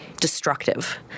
destructive